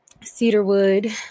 cedarwood